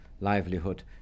livelihood